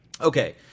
Okay